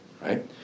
Right